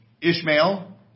Ishmael